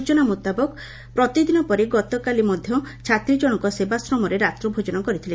ସୂଚନା ମୁତାବକ ପ୍ରତିଦିନ ପରି ଗତକାଲି ଛାତ୍ରୀଜଣଙ୍କ ସେବାଶ୍ରମରେ ରାତ୍ର ଭୋଜନ କରିଥିଲେ